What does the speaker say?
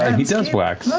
and he does wax,